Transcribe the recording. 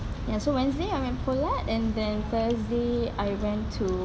and so wednesday I went Poulet and then thursday I went to